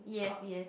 yes yes